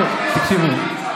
משה, תקשיבו לי.